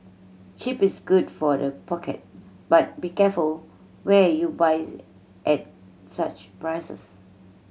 cheap is good for the pocket but be careful where you buy at such prices